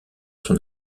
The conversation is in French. son